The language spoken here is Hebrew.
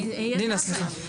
תמשיכי, בבקשה.